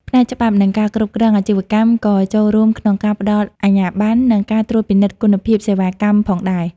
ផ្នែកច្បាប់ និងការគ្រប់គ្រងអាជីវកម្មក៏ចូលរួមក្នុងការផ្ដល់អាជ្ញាប័ណ្ណ និងការត្រួតពិនិត្យគុណភាពសេវាកម្មផងដែរ។